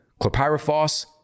chlorpyrifos